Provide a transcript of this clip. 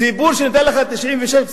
ציבור שנותן לך 96.4%,